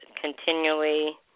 continually